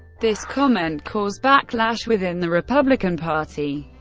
this comment caused backlash within the republican party.